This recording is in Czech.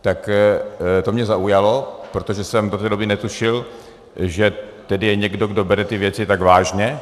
Tak to mě zaujalo, protože jsem do té doby netušil, že tady je někdo, kdo bere ty věci tak vážně.